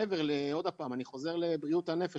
מעבר לעוד פעם, אני חוזר לבריאות הנפש.